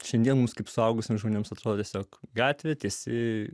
šiandien mums kaip suaugusiems žmonėms atrodo tiesiog gatvėje tiesi